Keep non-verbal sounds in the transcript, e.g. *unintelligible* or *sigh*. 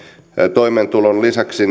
toimeentulon lisäksi *unintelligible*